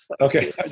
Okay